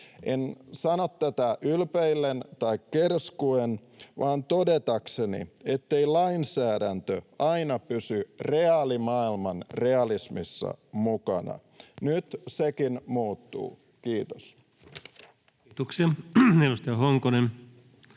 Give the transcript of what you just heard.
En sano tätä ylpeillen tai kerskuen vaan todetakseni, ettei lainsäädäntö aina pysy reaalimaailman realismissa mukana. Nyt sekin muuttuu. — Kiitos. [Speech